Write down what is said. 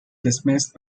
dismissed